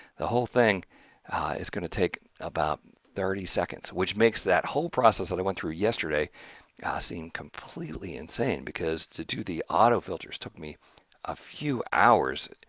the whole thing is going to take about thirty seconds, which makes that whole process that i went through yesterday ah seem completely insane, because to do the auto filters took me a few hours.